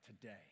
today